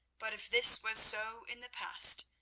but if this was so in the past,